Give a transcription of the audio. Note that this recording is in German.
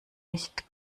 nicht